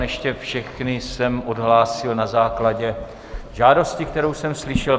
Ještě všechny jsem odhlásil na základě žádosti, kterou jsem slyšel.